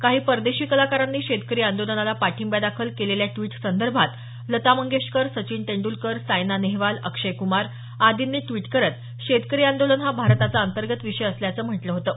काही परदेशी कलाकांरानी शेतकरी आंदोलनाला पाठिंब्यादाखल केलेल्या द्वीटसंदर्भात लता मंगेशकर सचिन तेंड़लकर सायना नेहवाल अक्षयकुमार आर्दींनी द्वीट करत शेतकरी आंदोलन हा भारताचा अंतर्गत विषय असल्याचं म्हटलं होतं